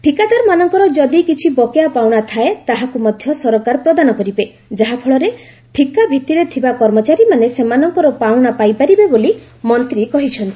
ଠିକାଦାରମାନଙ୍କର ଯଦି କିଛି ବକେୟା ପାଉଣା ଥାଏ ତାହାକୁ ମଧ୍ୟ ସରକାର ପ୍ରଦାନ କରିବେ ଯାହାଫଳରେ ଠିକା ଭିତ୍ତିରେ ଥିବା କର୍ମଚାରୀମାନେ ସେମାନଙ୍କର ପାଉଣା ପାଇପାରିବେ ବୋଲି ମନ୍ତ୍ରୀ କହିଛନ୍ତି